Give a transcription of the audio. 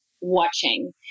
watching